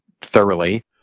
thoroughly